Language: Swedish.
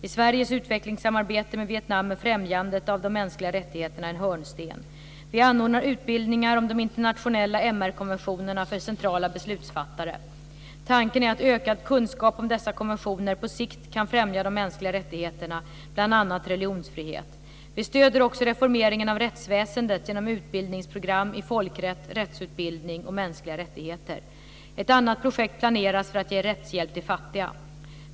I Sveriges utvecklingssamarbete med Vietnam är främjandet av de mänskliga rättigheterna en hörnsten. Vi anordnar utbildningar om de internationella MR-konventionerna för centrala beslutsfattare. Tanken är att ökad kunskap om dessa konventioner på sikt kan främja de mänskliga rättigheterna, bl.a. religionsfrihet. Vi stöder också reformeringen av rättsväsendet genom utbildningsprogram i folkrätt, rättsutbildning och mänskliga rättigheter. Ett annat projekt planeras för att ge rättshjälp till fattiga.